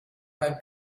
beim